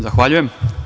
Zahvaljujem.